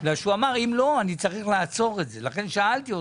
הוא אומר: יש לי 2,000 שקל מהמדינה.